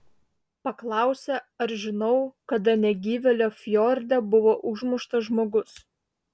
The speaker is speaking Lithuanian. paklausė ar žinau kada negyvėlio fjorde buvo užmuštas žmogus